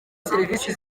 serivisi